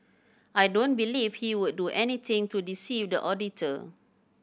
I don't believe he would do anything to deceive the auditor